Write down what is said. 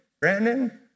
Brandon